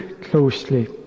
closely